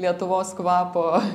lietuvos kvapo